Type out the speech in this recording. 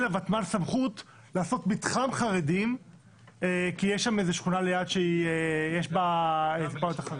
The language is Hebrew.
לוותמ"ל סמכות לעשות מתחם חרדי כי יש שם שכונה ליד שיש בה חרדים.